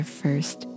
first